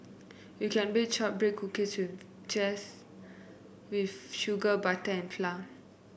you can bake shortbread cookies just with sugar butter and flour